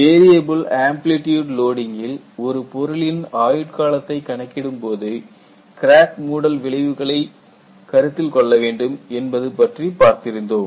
variable amplitude லோடிங்கில் ஒரு பொருளின் ஆயுட்காலத்தை கணக்கிடும்போது கிராக் மூடல் விளைவுகளை கருத்தில் கொள்ள வேண்டும் என்பது பற்றி பார்த்திருந்தோம்